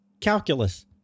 calculus